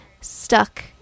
stuck